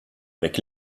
avec